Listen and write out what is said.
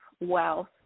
wealth